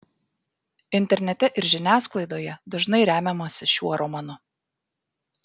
internete ir žiniasklaidoje dažnai remiamasi šiuo romanu